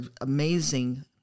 amazing